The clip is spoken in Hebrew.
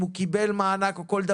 הוא יקבל את